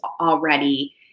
already